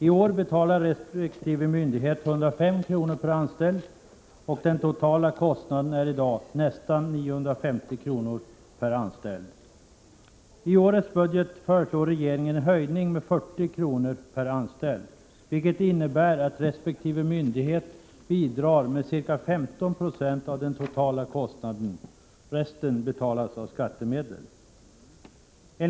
I år betalar resp. myndighet 105 kr. per anställd, och den totala kostnaden är nästan 950 kr. per anställd. I årets budgetproposition föreslår regeringen en höjning med 40 kr. per anställd, vilket innebär att resp. myndighet bidrar med ca 15 96 av den totala kostnaden — resten betalas med skattemedel.